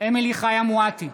אמילי חיה מואטי,